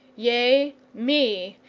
yea, me,